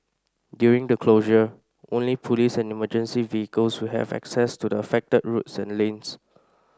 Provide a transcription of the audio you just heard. during the closure only police and emergency vehicles will have access to the affected roads and lanes